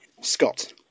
Scott